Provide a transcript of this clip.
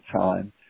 time